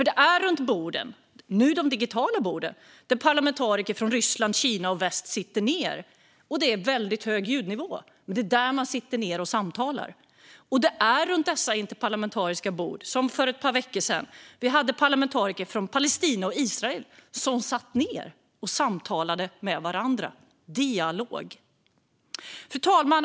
Det är runt borden - numera digitala bord - som parlamentariker från Ryssland, Kina och väst sitter ned. Det är väldigt hög ljudnivå, men det är där man sitter ned och samtalar. Det är just runt dessa interparlamentariska bord som till exempel, som för ett par veckor sedan, parlamentariker från Palestina och Israel sitter ned och samtalar med varandra. Det är dialog. Fru talman!